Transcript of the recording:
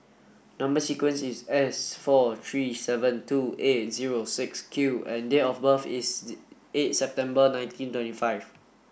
number sequence is S four three seven two eight zero six Q and date of birth is eight September nineteen twenty five